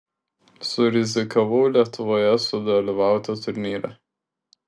surizikavau lietuvoje sudalyvauti turnyre